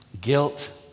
guilt